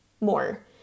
more